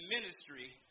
ministry